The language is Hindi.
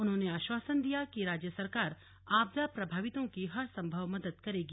उन्होंने आश्वासन दिया कि राज्य सरकार आपदा प्रभावितों की हर संभव मदद करेगी